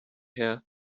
her